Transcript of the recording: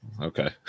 Okay